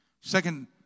Second